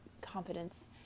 confidence